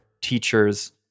teachers